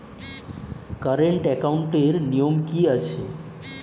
Current একাউন্টের নিয়ম কী আছে?